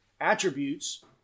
attributes